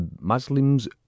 Muslims